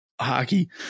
hockey